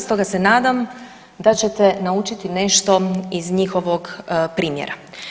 Stoga se nadam da ćete naučiti nešto iz njihovog primjera.